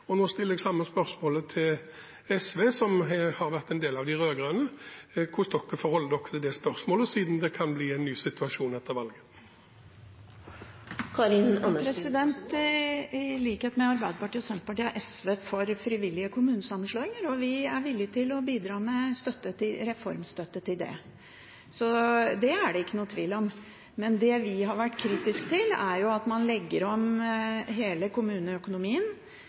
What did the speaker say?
Og nå stiller jeg samme spørsmål til SV, som har vært en del av de rød-grønne: Hvordan forholder SV seg til det spørsmålet, siden det kan bli en ny situasjon etter valget? I likhet med Arbeiderpartiet og Senterpartiet er SV for frivillige kommunesammenslåinger, og vi er villig til å bidra med reformstøtte til det. Det er det ingen tvil om. Det vi har vært kritisk til, er at man legger om hele kommuneøkonomien